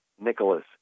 Nicholas